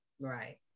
right